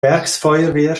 werksfeuerwehr